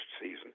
season